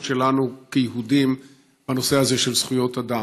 שלנו כיהודים בנושא הזה של זכויות אדם.